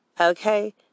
Okay